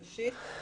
ראשית,